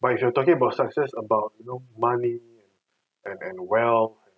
but if you are talking about success about you know money and and wealth